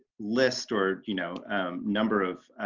list or you know number of